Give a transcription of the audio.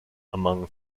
among